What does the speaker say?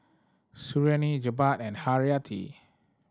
Suriani Jebat and Hayati